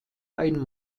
ein